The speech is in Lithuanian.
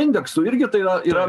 indeksu irgi tai yra